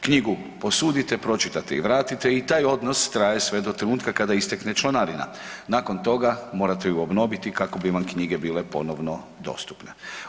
Knjigu posudite, pročitate i vratite i taj odnos traje sve do trenutka kada istekne članarina, nakon toga morate ju obnoviti kako bi vam knjige bile ponovno dostupne.